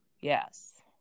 Yes